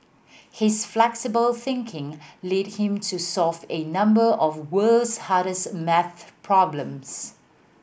his flexible thinking lead him to solve a number of world's hardest maths problems